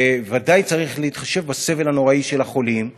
וודאי שצריך להתחשב בסבל הנורא של החולים.